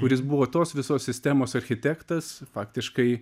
kuris buvo tos visos sistemos architektas faktiškai